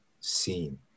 seen